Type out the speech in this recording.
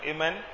Amen